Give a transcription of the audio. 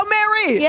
Mary